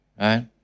right